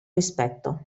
rispetto